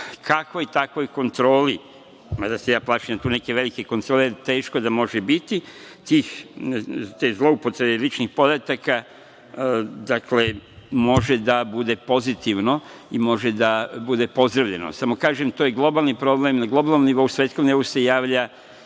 kakvoj takvoj kontroli, mada se ja plašim da tu neke velike kontrole teško da može biti, te zloupotrebe ličnih podataka može da bude pozitivno i može da bude pozdravljeno. Samo kažem, to je globalni problem na globalnom nivou, svetskom nivou se javlja